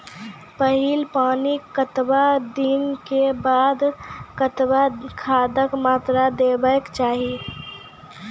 पहिल पानिक कतबा दिनऽक बाद कतबा खादक मात्रा देबाक चाही?